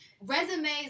resumes